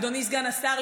אדוני סגן השר,